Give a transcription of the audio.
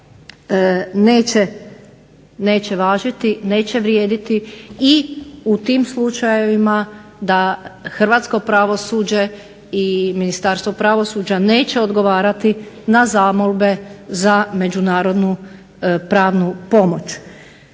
neće važiti, neće vrijediti i u tim slučajevima da hrvatsko pravosuđe i Ministarstvo pravosuđa neće odgovarati za međunarodnu pravnu pomoć.